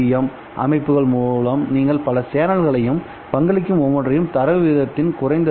M அமைப்புகள் மூலம் நீங்கள் பல சேனல்களையும்பங்களிக்கும் ஒவ்வொன்றையும் தரவு வீதத்தின் குறைந்தது 2